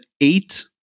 eight